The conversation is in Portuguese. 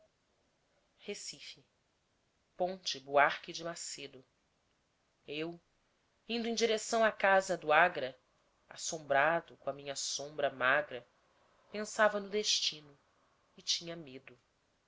recife ponte buarque de macedo eu indo em direção à casa do agra assombrado com a minha sombra magra pensava no destino e tinha medo